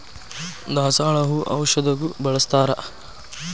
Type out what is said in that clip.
ದಾಸಾಳ ಹೂ ಔಷಧಗು ಬಳ್ಸತಾರ